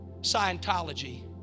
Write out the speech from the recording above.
Scientology